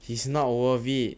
he's not worth it